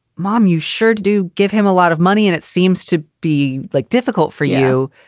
mom, you sure do give him a lot of money and it seems to be like difficult for you.